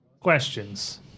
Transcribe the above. ...questions